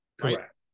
Correct